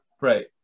Right